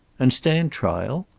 and stand trial?